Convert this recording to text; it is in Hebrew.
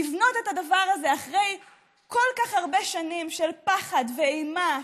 לבנות את הדבר הזה אחרי כל כך הרבה שנים של פחד ואימה,